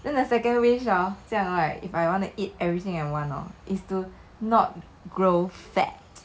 then the second wish hor 这样 right if I want to eat everything I want hor is to not grow fat